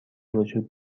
وجود